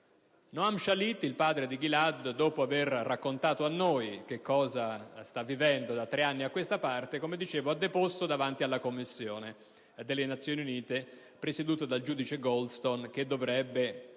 Noam Shalit, il padre di Gilad, dopo aver raccontato a noi che cosa sta vivendo da tre anni a questa parte, ha deposto davanti alla Commissione delle Nazioni Unite, presieduta dal giudice Goldstone, che dovrebbe